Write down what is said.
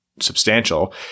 substantial